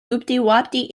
oopdeewopdee